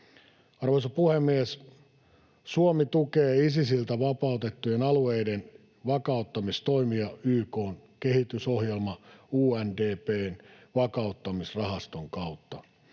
Arvoisa puhemies! Suomi tukee Isisiltä vapautettujen alueiden vakauttamistoimia YK:n kehitysohjelman UNDP:n vakauttamisrahaston kautta.